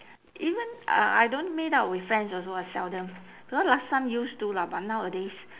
even uh I don't meet up with friends also ah seldom because last time used to lah but nowadays